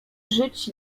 żyć